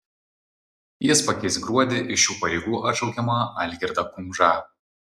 jis pakeis gruodį iš šių pareigų atšaukiamą algirdą kumžą